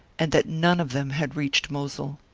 and that none of them had reached mosul.